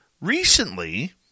recently